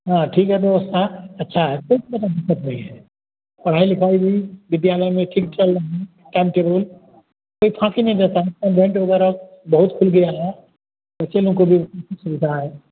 हाँ ठीक है व्यवस्था अच्छी है कोई तरह का दिक़्क़त नहीं है पढ़ाई लिखाई भी विद्यालय में ठीक चल रही टाइम टेबुल कोई नहीं देता वग़ैरह बहुत खुल गया है कोचीनों की भी सुविधा है